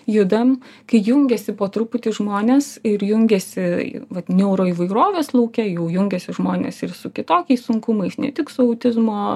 judam kai jungiasi po truputį žmonės ir jungiasi į vat neuroįvairovės lauke jau jungiasi žmonės ir su kitokiais sunkumais ne tik su autizmo